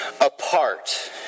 apart